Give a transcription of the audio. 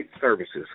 services